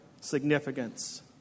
significance